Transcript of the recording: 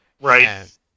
Right